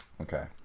Okay